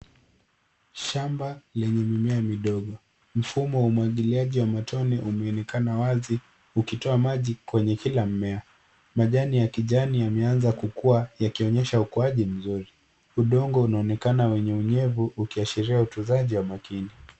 Shamba lenye mimea midogo. Mfumo wa umwagiliaji wa matone umeonekana wazi ukitoa maji kwenye kila mmea. Majani ya kijani yameanza kukua, yakionyesha ukuaji mzuri. Udongo unaonekana wenye unyevu, ukiashiria utunzaji wa makini.